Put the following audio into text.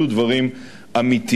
אלו דברים אמיתיים.